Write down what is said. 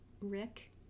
Rick